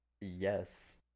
Yes